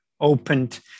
opened